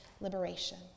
liberation